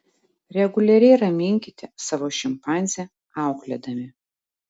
reguliariai raminkite savo šimpanzę auklėdami